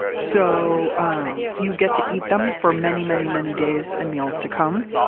so um you get to eat them for many, many, many days and meals to come.